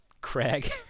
Craig